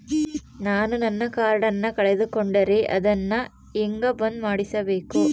ನಾನು ನನ್ನ ಕಾರ್ಡನ್ನ ಕಳೆದುಕೊಂಡರೆ ಅದನ್ನ ಹೆಂಗ ಬಂದ್ ಮಾಡಿಸಬೇಕು?